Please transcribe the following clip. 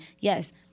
Yes